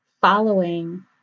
following